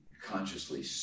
consciously